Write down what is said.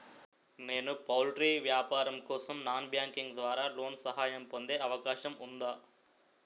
నేను పౌల్ట్రీ వ్యాపారం కోసం నాన్ బ్యాంకింగ్ ద్వారా లోన్ సహాయం పొందే అవకాశం ఉందా?